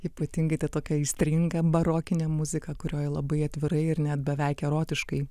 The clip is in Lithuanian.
ypatingai ta tokia aistringa barokinė muzika kurioj labai atvirai ir net beveik erotiškai